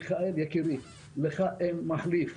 לך אין מחליף.